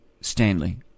Stanley